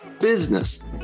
business